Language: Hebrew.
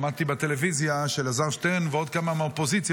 שמעתי בטלוויזיה שאלעזר שטרן ועוד כמה מהאופוזיציה